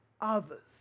others